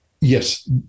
Yes